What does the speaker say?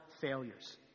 failures